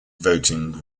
voting